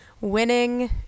Winning